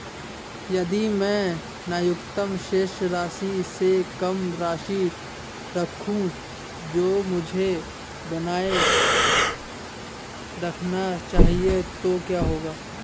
यदि मैं न्यूनतम शेष राशि से कम राशि रखूं जो मुझे बनाए रखना चाहिए तो क्या होगा?